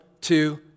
two